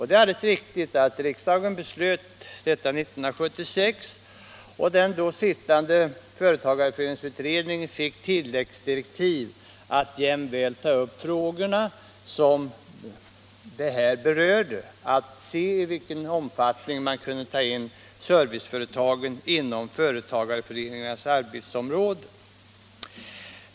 Det är alldeles riktigt att riksdagen år 1976 beslöt att de frågorna skulle prövas, och den då sittande företagareföreningsutredningen fick tilläggsdirektiv att jämväl ta upp hithörande frågor och se i vilken omfattning man kunde ta in serviceföretagen inom företagareföreningarnas arbetsområde.